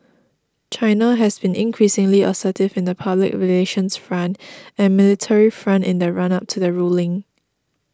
China has been increasingly assertive in the public relations front and military front in the run up to the ruling